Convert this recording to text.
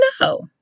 No